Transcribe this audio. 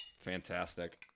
fantastic